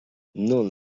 non